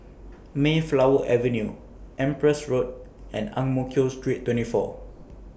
Mayflower Avenue Empress Road and Ang Mo Kio Street twenty four